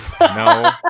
No